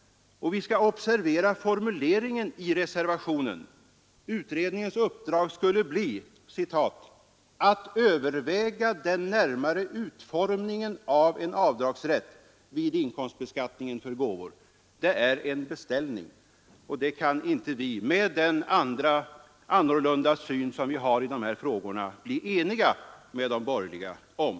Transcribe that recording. Vi skall observera formuleringen i reservationen: Utredningsuppdraget skall bli ”att överväga den närmare utformningen av en avdragsrätt vid inkomstbeskattningen för gåvor ———”. Detta är en beställning, och det kan vi — med den annorlunda syn som vi har i dessa frågor — inte bli eniga med de borgerliga om.